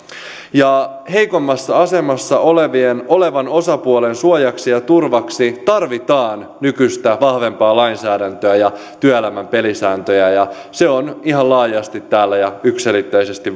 heikommassa asemassa olevan osapuolen suojaksi ja turvaksi tarvitaan nykyistä vahvempaa lainsäädäntöä ja työelämän pelisääntöjä ja se on ihan laajasti ja yksiselitteisesti